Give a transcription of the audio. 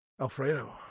Alfredo